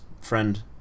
friend